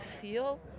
feel